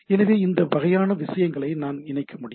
எனவே இந்த வகையான விஷயங்களை நான் இணைக்க முடியும்